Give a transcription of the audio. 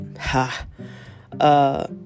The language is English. ha